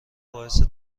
باعث